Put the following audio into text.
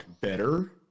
better